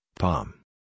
palm